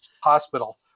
Hospital